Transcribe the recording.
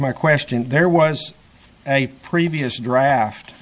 my question there was a previous draft